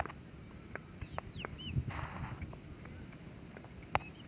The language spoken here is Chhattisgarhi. बासमती चावल नावा परकार अऊ बने उपज बर कोन सा बीज ला लगाना चाही?